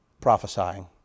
prophesying